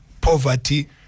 poverty